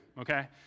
okay